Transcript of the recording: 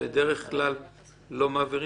אמרנו שבדרך כלל לא מעבירים,